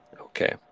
Okay